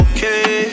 Okay